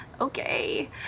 Okay